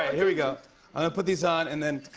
here we go. i'm gonna put these on, and then,